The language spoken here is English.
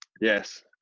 yes